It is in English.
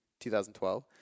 2012